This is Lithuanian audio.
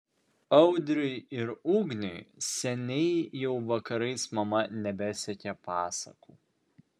audriui ir ugniui seniai jau vakarais mama nebesekė pasakų